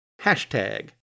hashtag